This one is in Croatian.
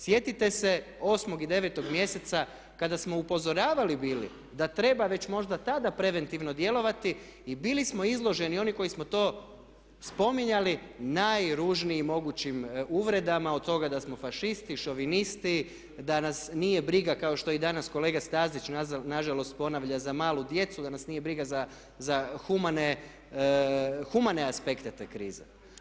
Sjetite se 8. i 9. mjeseca kada smo upozoravali bili da treba već možda tada preventivno djelovati i bili smo izloženi, oni koji smo to spominjali, najružnijim mogućim uvredama, od toga da smo fašisti, šovinisti, da nas nije briga kao što i danas kolega Stazić nažalost ponavlja za malu djecu, da nas nije briga za humane aspekte te krize.